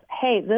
hey